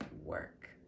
work